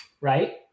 right